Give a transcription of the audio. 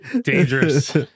dangerous